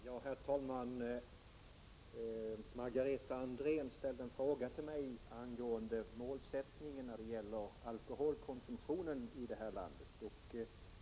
Herr talman! Margareta Andrén ställde en fråga till mig angående målsättningen beträffande alkoholkonsumtionen i det här landet.